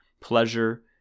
pleasure